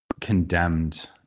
condemned